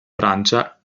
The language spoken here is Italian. francia